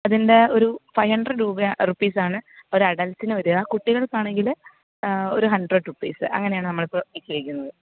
അതിൻ്റെ ഒരു five hundred രൂപയാണ് റുപ്പീസ് ആണ് ഒരു അഡൽറ്റിന് വരിക കുട്ടികൾക്ക് ആണെങ്കിൽ ഒരു ഹൻഡ്രഡ് റുപീസ്സ് അങ്ങനെയാണ് നമ്മൾ ഇപ്പം ചെയ്യിക്കുന്നത്